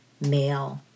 male